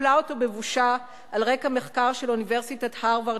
קיפלה אותו בבושה על רקע מחקר של אוניברסיטת הרווארד,